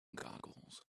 googles